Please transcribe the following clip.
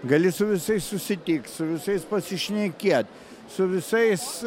gali su visais susitikt su visais pasišnekėt su visais